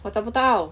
我得不到